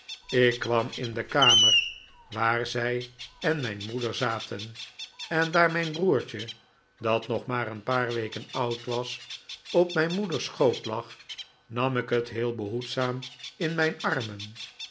ik kwam in de kamer waar zij en mijn moeder zaten en daar mijn broertje dat nog maar een paar weken oud was op mijn moeders schoot lag nam ik het heel behoedzaam in mijn armen